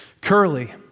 Curly